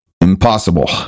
impossible